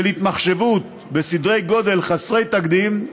של התמחשבות בסדרי גודל חסרי תקדים.